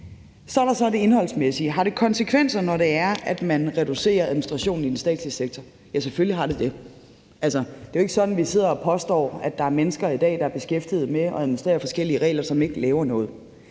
Så er der det indholdsmæssige. Har det konsekvenser, når man reducerer administrationen i den statslige sektor? Ja, selvfølgelig har det det. Det er jo ikke sådan, at vi sidder og påstår, at der er mennesker i dag, der er beskæftiget med at administrere forskellige regler, og som ikke laver noget.